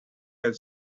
had